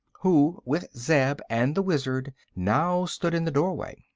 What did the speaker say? who with zeb and the wizard now stood in the doorway.